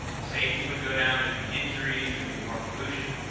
safety would go down, there'd be injuries there'd be more pollution.